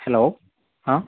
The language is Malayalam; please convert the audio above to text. ഹലോ ആ